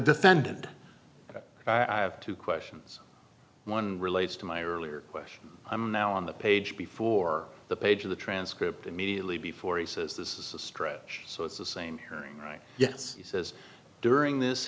defendant i have two questions one relates to my earlier question i'm now on the page before the page of the transcript immediately before he says this is a stretch so it's the same hearing right yes he says during this